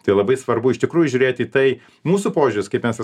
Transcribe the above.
tai labai svarbu iš tikrųjų žiūrėti į tai mūsų požiūris kaip mes ir